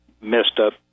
messed-up